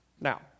Now